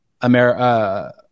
America